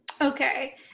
Okay